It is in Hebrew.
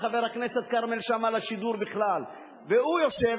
והוא יושב,